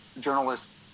journalists